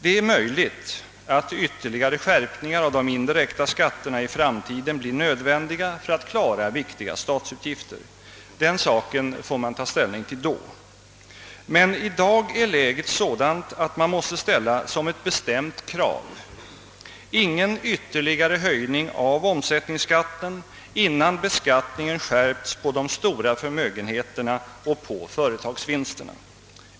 Det är möjligt att ytterligare skärpningar av de indirekta skatterna i framtiden anses nödvändiga för att klara viktiga statsutgifter. Den saken får man ta ställning till då. Men i dag är läget sådant att man måste ställa som ett bestämt krav: ingen ytterligare höjning av omsättningsskatten innan beskattningen skärpts på de stora förmögenheterna och på företagsvinsterna!